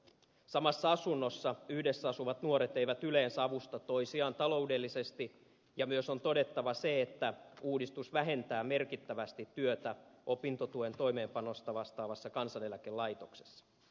samassa asunnossa yhdessä asuvat nuoret eivät yleensä avusta toisiaan taloudellisesti ja myös on todettava se että uudistus vähentää merkittävästi työtä opintotuen toimeenpanosta vastaavassa kansaneläkelaitoksessa